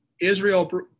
Israel